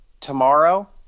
tomorrow